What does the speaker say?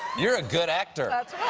you're a good actor!